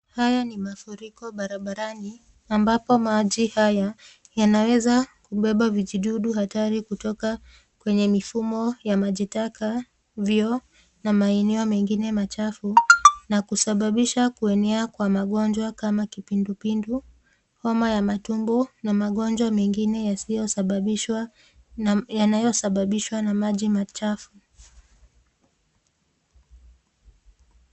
Haya ni mafuriko barabarani ambapo maji haya yanaweza kubeba vijidudu hatari kutoka kwenye mifumo ya maji taka, vyoo na maeneo mengine machafu na kusababisha kuenea kwa magonjwa kama kipindupindu, homa ya matumbo na magonjwa mengine yasiyosababishwa, yanayosababishwa na maji machafu.